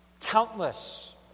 countless